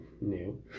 new